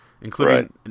including